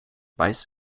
weiß